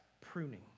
pruning